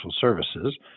services